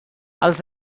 els